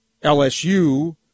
LSU